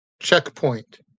Checkpoint